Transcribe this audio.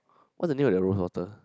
what's the name of that rose water